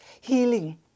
healing